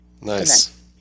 Nice